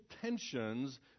tensions